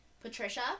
Patricia